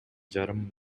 жарым